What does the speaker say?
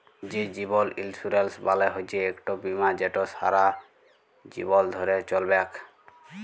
যে জীবল ইলসুরেলস মালে হচ্যে ইকট বিমা যেট ছারা জীবল ধ্যরে চ্যলবেক